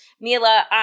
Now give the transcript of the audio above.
Mila